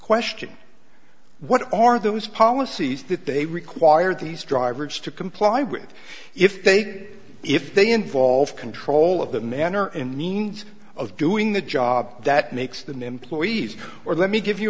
question what are those policies that they require these drivers to comply with if they'd if they involve control of that manner and means of doing the job that makes them employees or let me give you